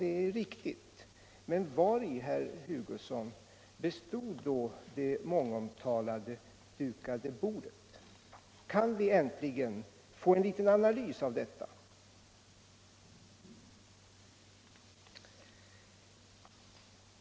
Det är riktigt — men vari, herr Hugosson, bestod då det mångomtalade dukade bordet? Kan vi äntligen få en liten analys av detta?